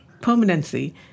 permanency